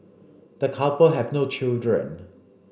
the couple have no children